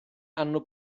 hanno